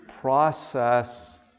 process